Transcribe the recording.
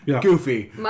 Goofy